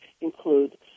include